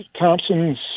Thompson's